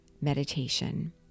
meditation